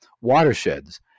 watersheds